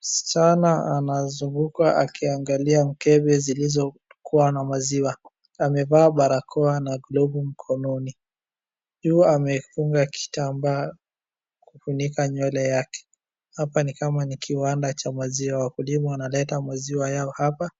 Msichana anazunguka akiangalia mkebe zilizokuwa na maziwa. Amevaa barakoa na glovu mkononi. Juu amefunga kitambaa kufunika nywele yake. Hapa ni kama ni kiwanda cha maziwa. Wakulima wanaleta maziwa yao hapa